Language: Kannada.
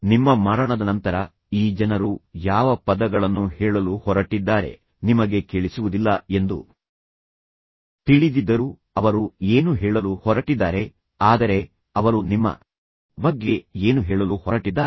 ನಿಮ್ಮ ಮರಣದ ನಂತರ ಈ ಜನರು ಯಾವ ಪದಗಳನ್ನು ಹೇಳಲು ಹೊರಟಿದ್ದಾರೆ ನಿಮಗೆ ಕೇಳಿಸುವುದಿಲ್ಲ ಎಂದು ತಿಳಿದಿದ್ದರು ಅವರು ಏನು ಹೇಳಲು ಹೊರಟಿದ್ದಾರೆ ಆದರೆ ಅವರು ನಿಮ್ಮ ಬಗ್ಗೆ ಏನು ಹೇಳಲು ಹೊರಟಿದ್ದಾರೆ